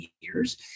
years